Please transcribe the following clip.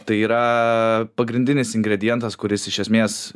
tai yra pagrindinis ingredientas kuris iš esmės